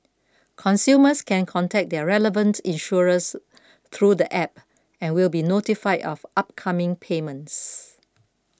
consumers can contact their relevant insurers through the app and will be notified of upcoming payments